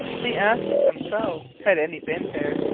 the asses themselves, had any been there,